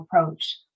approach